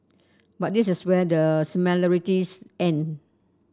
but this is where the similarities end